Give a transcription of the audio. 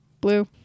Blue